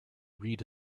read